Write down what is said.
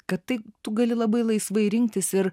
kad tai tu gali labai laisvai rinktis ir